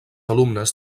alumnes